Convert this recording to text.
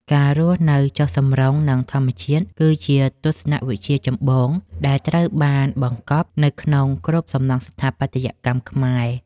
ការរស់នៅចុះសម្រុងនឹងធម្មជាតិគឺជាទស្សនវិជ្ជាចម្បងដែលត្រូវបានបង្កប់នៅក្នុងគ្រប់សំណង់ស្ថាបត្យកម្មខ្មែរ។